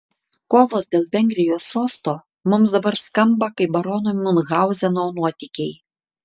kovos dėl vengrijos sosto mums dabar skamba kaip barono miunchauzeno nuotykiai